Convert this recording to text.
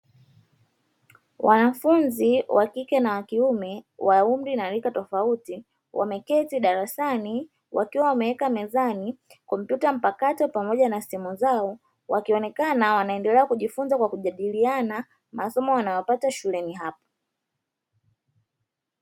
Wanafunzi wa kike na wa kiume, wa umri na rika tofauti, wameketi darasani wakiwa wameweka mezani kompyuta mpakato pamoja na simu zao, wakionekana wanaendelea kujifunza kwa kujadiliana masomo wanayopata shuleni hapo.